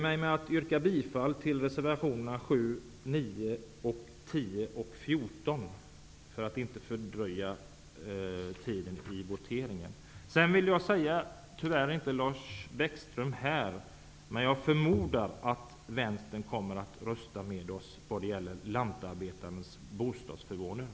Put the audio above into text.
Men för att inte voteringen skall dra ut på tiden nöjer jag mig med att yrka bifall till reservationerna Tyvärr är inte Lars Bäckström här, men jag förmodar att Vänstern kommer att rösta med oss när det gäller lantarbetarnas bostadsförmåner.